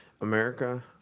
America